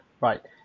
Right